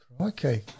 okay